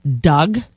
Doug